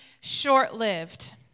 short-lived